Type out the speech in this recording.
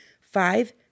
five